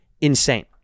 insane